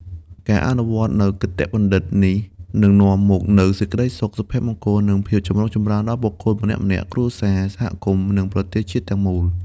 ការអនុវត្តន៍នូវគតិបណ្ឌិតនេះ នឹងនាំមកនូវសេចក្ដីសុខ សុភមង្គល និងភាពចម្រុងចម្រើនដល់បុគ្គលម្នាក់ៗ គ្រួសារ សហគមន៍ និងប្រទេសជាតិទាំងមូល។